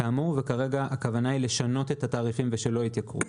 כרגע הכוונה היא לשנות את התעריפים כך שלא יתייקרו,